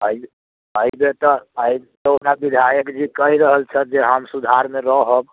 एहि एहिबेर तऽ एहि बेर अपना विधायक जी कहि रहल छथि जे हम सुधारमे रहब